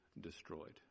destroyed